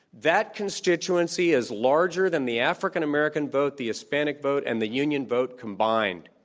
that constituency is larger than the african-american vote, the hispanic vote, and the union vote combined.